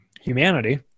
humanity